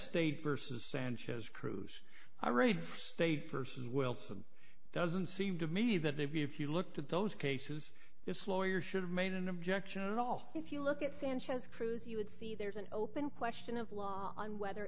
state versus sanchez crews are red states versus wilson doesn't seem to me that they would be if you looked at those cases this lawyer should have made an objection at all if you look at sanchez cruz you would see there's an open question of law on whether